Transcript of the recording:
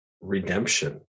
redemption